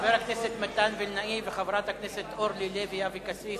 חבר הכנסת מתן וילנאי וחברת הכנסת אורלי לוי אבקסיס